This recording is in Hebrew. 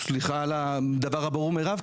סליחה על הדבר הברור מאליו.